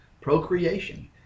Procreation